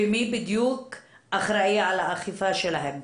ומי בדיוק אחראי על האכיפה שלהן.